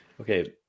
Okay